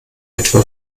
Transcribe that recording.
etwa